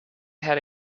had